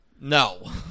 No